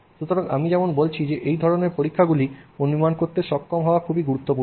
সুতরাং আমি যেমন বলেছি যে এই ধরণের পরীক্ষাগুলি অনুমান করতে সক্ষম হওয়া খুবই গুরুত্বপূর্ণ